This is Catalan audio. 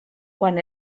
quan